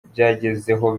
byagezeho